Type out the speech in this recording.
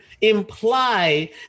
imply